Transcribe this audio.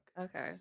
Okay